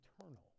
eternal